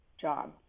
job